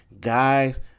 Guys